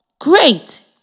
Great